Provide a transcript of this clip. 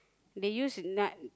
they use